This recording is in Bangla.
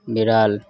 বেড়াল